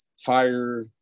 fire